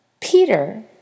Peter